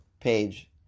page